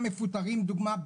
מפוטרים לדוגמה,